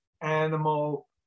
animal